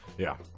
yeah,